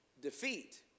defeat